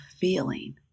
feeling